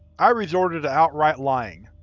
i resorted to outright lying.